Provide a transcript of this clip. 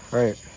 right